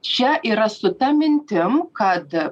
čia yra su ta mintim kad